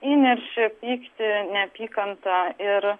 įniršį pyktį neapykantą ir